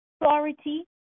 authority